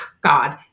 God